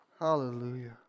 Hallelujah